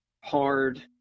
hard